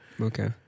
okay